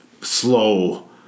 slow